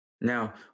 Now